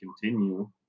continue